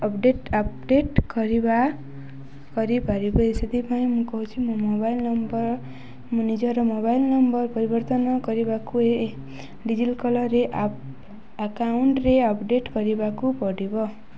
update update କରିବା କରିପାରିବେ ଏ ସେଥିପାଇଁ ମୁଁ କହୁଛିି ମୋ ମୋବାଇଲ୍ ନମ୍ବର ମୁଁ ନିଜର ମୋବାଇଲ୍ ନମ୍ବର ପରିବର୍ତ୍ତନ କରିବାକୁ ରେ ଆକାଉଣ୍ଟରେେ ଅପଡ଼େଟ୍ କରିବାକୁ ପଡ଼ିବ